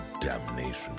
damnation